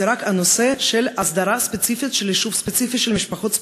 זה רק הנושא של הסדרה ספציפית של יישוב ספציפי של משפחות ספציפיות,